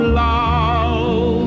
love